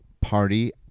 party